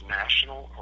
national